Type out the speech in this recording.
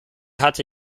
hatte